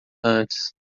antes